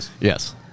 Yes